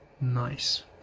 nice